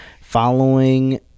following